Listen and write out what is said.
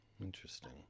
Interesting